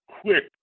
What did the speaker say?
quick